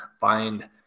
find